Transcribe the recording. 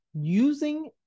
using